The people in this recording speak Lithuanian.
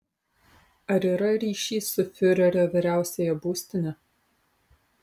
ar yra ryšys su fiurerio vyriausiąja būstine